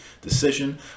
decision